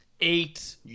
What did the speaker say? Eight